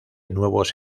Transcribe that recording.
nuevos